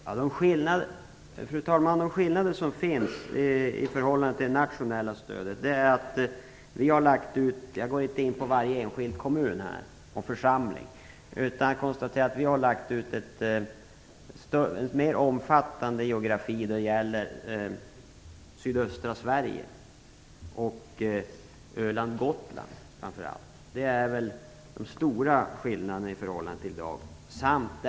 Fru talman! Jag går här inte in på varje enskild kommun och församling. Vad gäller de skillnader som finns i förhållande till det nationella stödet konstaterar jag att vi har lagt ut mera omfattande geografiska områden framför allt i sydöstra Sverige och på Öland och Gotland. Det är de stora skillnaderna i förhållande till dagens indelning.